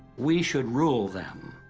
we should rule them.